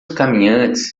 caminhantes